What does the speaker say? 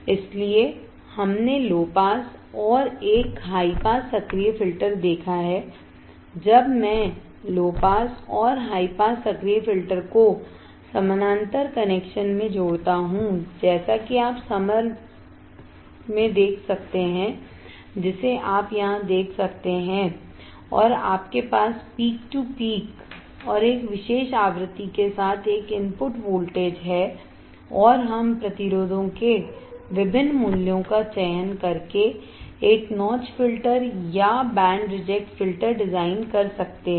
इसलिए हमने low pass और एक हाई पास सक्रिय फिल्टर देखा है जब मैं लो पास और हाई पास सक्रिय फिल्टर को समानांतर कनेक्शन में जोड़ता हूं जैसा कि आप समर में देख सकते हैं जिसे आप यहां देख सकते हैं और आपके पास पीक टो पीक और एक विशेष आवृत्ति के साथ एक इनपुट वोल्टेज है और हम प्रतिरोधों के विभिन्न मूल्यों का चयन करके एक नॉच फिल्टर या बैंड रिजेक्ट फिल्टर डिजाइन कर सकते हैं